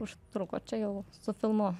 užtruko čia jau su filmu